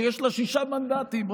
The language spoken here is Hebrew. שיש לה שישה מנדטים,